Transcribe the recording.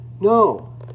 No